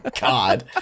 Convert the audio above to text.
God